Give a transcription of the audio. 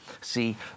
See